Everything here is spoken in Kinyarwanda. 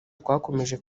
twakomeje